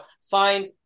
find